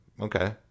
okay